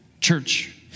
church